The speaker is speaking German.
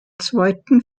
zweiten